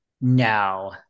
No